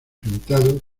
pintados